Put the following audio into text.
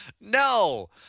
No